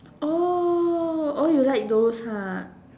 oh oh you like those ha